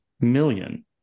million